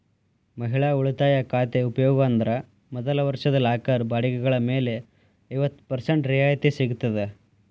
ಮಹಿಳಾ ಉಳಿತಾಯ ಖಾತೆ ಉಪಯೋಗ ಅಂದ್ರ ಮೊದಲ ವರ್ಷದ ಲಾಕರ್ ಬಾಡಿಗೆಗಳ ಮೇಲೆ ಐವತ್ತ ಪರ್ಸೆಂಟ್ ರಿಯಾಯಿತಿ ಸಿಗ್ತದ